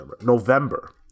November